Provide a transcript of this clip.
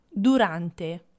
Durante